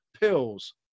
Pills